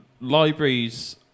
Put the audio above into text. libraries